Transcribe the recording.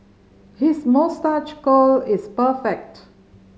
his moustache curl is perfect